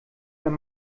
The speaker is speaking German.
wenn